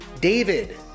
David